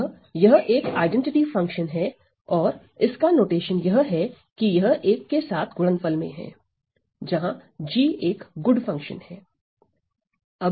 अतः यह एक आईडेंटिटी फंक्शन है और इसका नोटेशन यह है कि यह एक के साथ गुणनफल में है जहां g एक गुड फंक्शन है